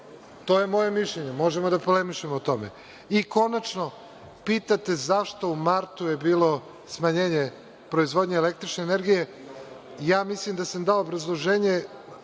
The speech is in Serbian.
To je moje mišljenje. Možemo da polemišemo o tome. Konačno, pitate zašto je u martu bilo smanjenje proizvodnje električne energije. Mislim da sam dao obrazloženje.